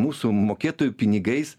mūsų mokėtojų pinigais